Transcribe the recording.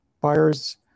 buyer's